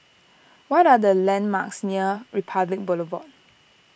what are the landmarks near Republic Boulevard